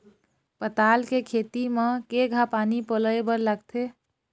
पताल के खेती म केघा पानी पलोए बर लागथे?